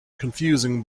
confusing